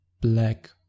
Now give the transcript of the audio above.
black